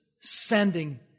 sending